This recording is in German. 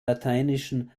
lateinischen